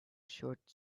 short